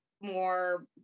more